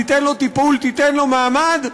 תיתן לו טיפול ותיתן לו מעמד,